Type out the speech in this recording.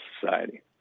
society